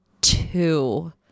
two